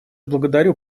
благодарю